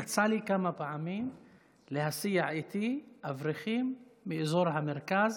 יצא לי כמה פעמים להסיע איתי אברכים מאזור המרכז